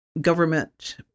government